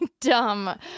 dumb